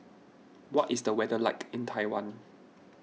what is the weather like in Taiwan